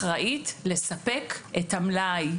אחראית לספק את המלאי.